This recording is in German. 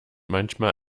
manchmal